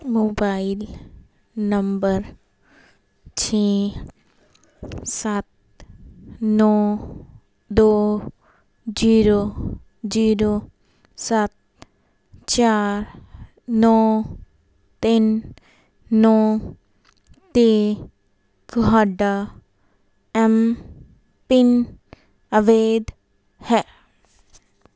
mobile number ਛੇ ਸੱਤ ਨੌਂ ਦੋ ਜ਼ੀਰੋ ਜ਼ੀਰੋ ਸੱਤ ਚਾਰ ਨੌਂ ਤਿੰਨ ਨੌਂ 'ਤੇ ਤੁਹਾਡਾ ਐਮਪਿਨ ਅਵੈਧ ਹੈ